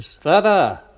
Further